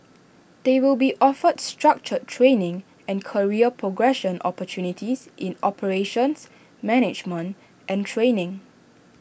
they will be offered structured training and career progression opportunities in operations management and training